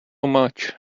much